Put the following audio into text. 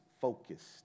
focused